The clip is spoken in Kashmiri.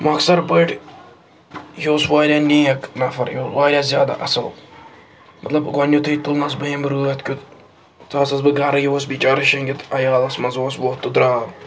مۄکثر پٲٹھۍ یہِ اوس وارِیاہ نیک نفر یہِ وارِیاہ زیادٕ اصٕل مطلب گۄڈٕنِتھٕے تُلنَس بہٕ ییٚمہِ رٲتھ کیُتھ ژاسٮ۪س بہٕ گرٕ یہِ اوس بِچارٕ شٔنٛگِتھ عیالَس منٛز اوس ووٚتھ تہٕ دراو